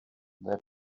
they